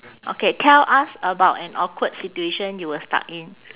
okay tell us about an awkward situation you were stuck in